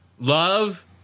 love